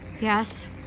Yes